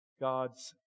God's